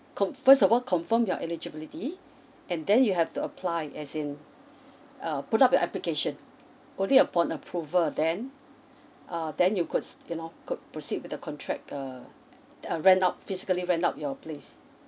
con~ first of all confirm your eligibility and then you have to apply as in uh put up your application only upon approval then uh then you could you know could proceed with the contract uh uh rent out physically rent out your place